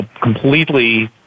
completely